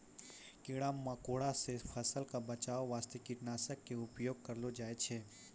कीड़ा मकोड़ा सॅ फसल क बचाय वास्तॅ कीटनाशक के उपयोग करलो जाय छै